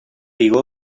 vigor